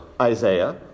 Isaiah